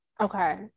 okay